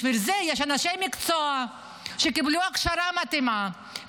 בשביל זה יש אנשי מקצוע שקיבלו הכשרה מתאימה,